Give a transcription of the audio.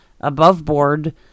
above-board